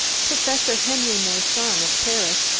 professor henri moissan, of paris,